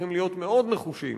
צריכים להיות מאוד נחושים